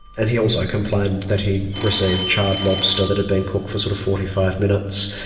and he also complained that he'd received charred lobster that had been cooked for sort of forty five minutes,